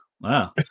Wow